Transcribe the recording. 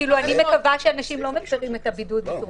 אני מקווה שאנשים לא מפרים את הבידוד בהיקף